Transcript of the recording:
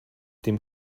dem